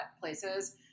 places